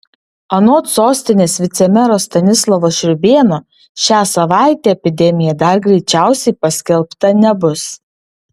anot sostinės vicemero stanislovo šriūbėno šią savaitę epidemija dar greičiausiai paskelbta nebus